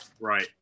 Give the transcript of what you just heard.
Right